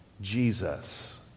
Jesus